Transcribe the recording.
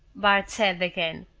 bart said again.